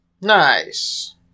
Nice